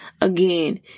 again